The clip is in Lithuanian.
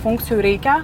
funkcijų reikia